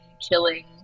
chilling